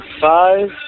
five